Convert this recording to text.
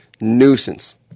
nuisance